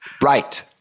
right